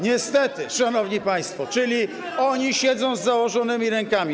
Niestety, szanowni państwo, czyli oni siedzą z założonymi rękami.